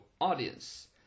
audience